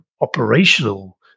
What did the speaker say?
operational